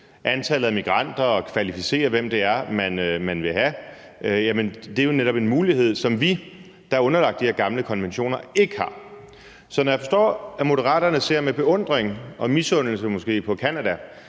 antallet af migranter og kvalificere, hvem det er, man vil have ind, er jo netop muligheder, som vi, der er underlagt de her gamle konventioner, ikke har. Jeg forstår, at Moderaterne ser med beundring og måske med misundelse på Canada,